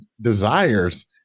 desires